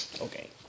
Okay